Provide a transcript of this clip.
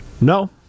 No